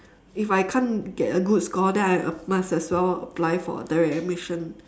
if I can't get a good score then I must as well apply for direct admission